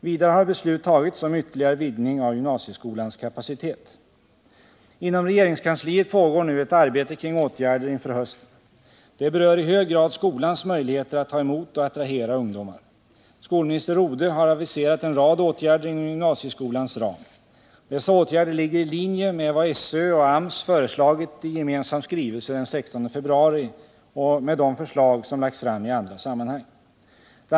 Vidare har beslut tagits om ytterligare vidgning av gymnasieskolans kapacitet. Inom regeringskansliet pågår nu ett arbete kring åtgärder inför hösten. Det berör i hög grad skolans möjligheter att ta emot och attrahera ungdomar. Skolminister Rodhe har aviserat en rad åtgärder inom gymnasieskolans ram. Dessa åtgärder ligger i linje med vad SÖ och AMS föreslagit i gemensam skrivelse den 16 februari och med de förslag som lagts fram i andra sammanhang. Bl.